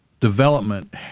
development